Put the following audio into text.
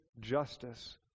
justice